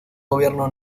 gobierno